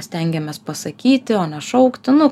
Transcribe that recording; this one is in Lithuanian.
stengiamės pasakyti o nešaukti nu